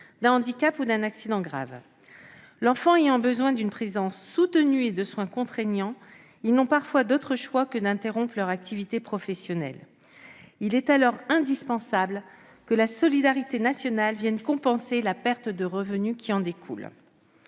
d'un handicap ou d'un accident grave. Leur enfant ayant besoin d'une présence soutenue et de soins contraignants, ces parents n'ont parfois pas d'autre choix que d'interrompre leur activité professionnelle. Il est alors indispensable que la solidarité nationale vienne compenser la perte de revenus qui en découle.